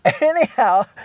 Anyhow